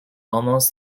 almost